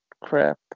crap